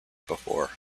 before